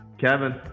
Kevin